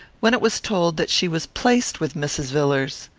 when it was told that she was placed with mrs. villars.